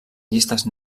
llistes